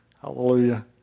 Hallelujah